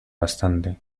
bastante